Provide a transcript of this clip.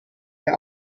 der